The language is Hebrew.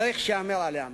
צריך שייאמר עליה משהו.